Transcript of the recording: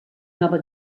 nova